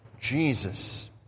Jesus